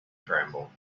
tremble